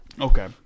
Okay